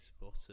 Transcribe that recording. bottom